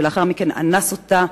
לאחר מכן הוא אנס אותה,